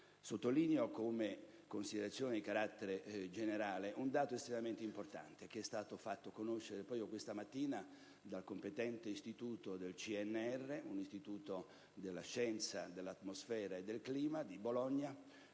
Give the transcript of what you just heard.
Sottolineo come considerazione di carattere generale un dato estremamente importante che è stato fatto conoscere proprio questa mattina dal competente Istituto di scienze dell'atmosfera e del clima del CNR di Bologna,